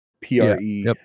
P-R-E